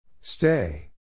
Stay